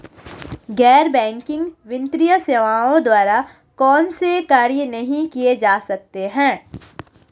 गैर बैंकिंग वित्तीय सेवाओं द्वारा कौनसे कार्य नहीं किए जा सकते हैं?